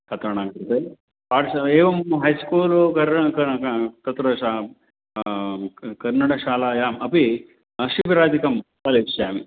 कारणां कृते पाठनम् एवं है स्कूलु तत्र सः किं कन्नडशालायाम् अपि अत्र शिबिरादिकं चालयिष्यामि